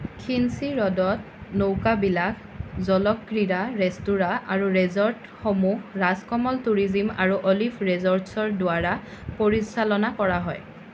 খিন্দচি হ্ৰদত নৌকা বিলাস জলক্ৰীড়া ৰেস্তোৰাঁ আৰু ৰিজৰ্টসমূহ ৰাজকমল টুৰিজম আৰু অলিভ ৰিজৰ্টচৰ দ্বাৰা পৰিচালনা কৰা হয়